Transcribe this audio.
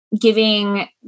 giving